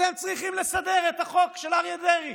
אתם צריכים לסדר את החוק של אריה דרעי,